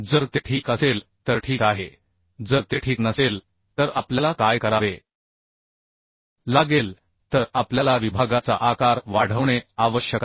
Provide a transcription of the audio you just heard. जर ते ठीक असेल तर ठीक आहे जर ते ठीक नसेल तर आपल्याला काय करावे लागेल तर आपल्याला विभागाचा आकार वाढवणे आवश्यक आहे